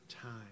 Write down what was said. time